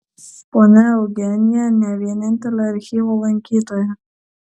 ponia eugenija ne vienintelė archyvo lankytoja